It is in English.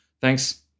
Thanks